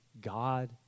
God